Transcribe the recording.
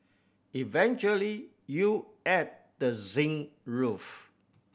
eventually you add the zinc roof